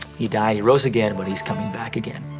he died, he rose again but he's coming back again.